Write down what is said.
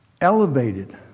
elevated